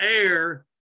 air